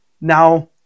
now